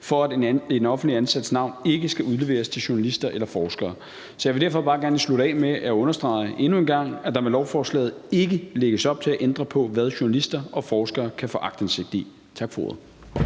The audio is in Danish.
for at en offentligt ansats navn ikke skal kunne udleveres til journalister eller forskere. Så jeg vil derfor bare gerne lige slutte af med endnu en gang at understrege, at der med lovforslaget ikke lægges op til at ændre på, hvad journalister og forskere kan få aktindsigt i. Tak for ordet.